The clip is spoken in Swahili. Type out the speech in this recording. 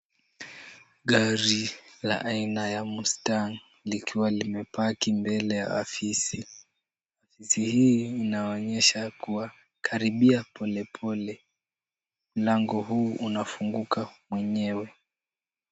Gari la aina ya Mustang likiwa limepaki mbele ya afisi. Afisi hii inaonyesha kuwa, karibia polepole, mlango huu unafunguka mwenyewe.